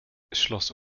schloss